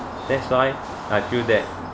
that's why I feel that